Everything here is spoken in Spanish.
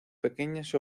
pequeñas